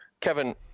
Kevin